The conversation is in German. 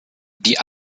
die